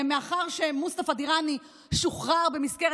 מאחר שמוסטפא דיראני שוחרר במסגרת